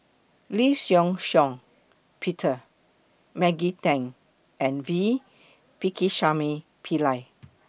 Lee Shih Shiong Peter Maggie Teng and V Pakirisamy Pillai